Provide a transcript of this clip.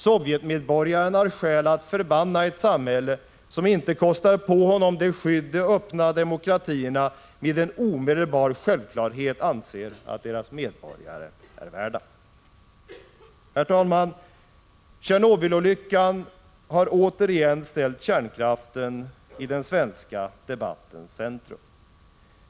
Sovjetmedborgaren har skäl att förbanna ett samhälle som inte kostar på honom det skydd de öppna demokratierna med en omedelbar självklarhet anser att deras medborgare är värda. Herr talman! Tjernobylolyckan har återigen ställt kärnkraften i den svenska debattens centrum.